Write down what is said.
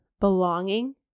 Belonging